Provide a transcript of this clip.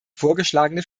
vorgeschlagene